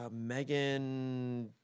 Megan